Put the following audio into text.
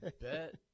bet